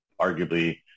arguably